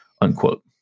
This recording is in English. unquote